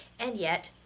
and yet,